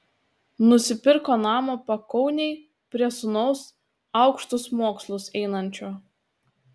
nusipirko namą pakaunėj prie sūnaus aukštus mokslus einančio